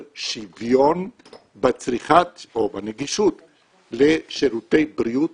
שוויון בצריכה או בנגישות לשירותי בריאות,